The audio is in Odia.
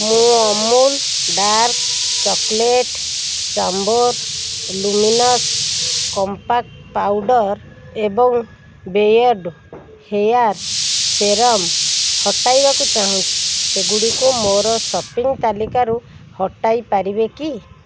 ମୁଁ Amul dark chocolate Chambor luminous compact powder ଏବଂ ବେୟର୍ଡ଼୍ ହେୟାର୍ ସେରମ୍ ହଟାଇବାକୁ ଚାହୁଁଛି ସେଗୁଡ଼ିକୁ ମୋର ସପିଂ ତାଲିକାରୁ ହଟାଇ ପାରିବେ କି